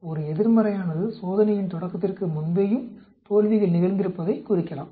ஒரு எதிர்மறையானது சோதனையின் தொடக்கத்திற்கு முன்பேயும் தோல்விகள் நிகழ்ந்திருப்பதைக் குறிக்கலாம்